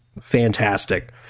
fantastic